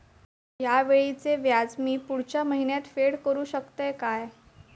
हया वेळीचे व्याज मी पुढच्या महिन्यात फेड करू शकतय काय?